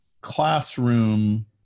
classroom